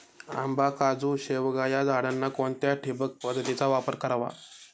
आंबा, काजू, शेवगा या झाडांना कोणत्या ठिबक पद्धतीचा वापर करावा?